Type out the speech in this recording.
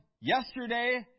yesterday